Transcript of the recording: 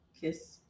kiss